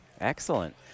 Excellent